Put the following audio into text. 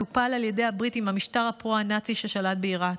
עת הופל על ידי הבריטים המשטר הפרו-נאצי ששלט בעיראק.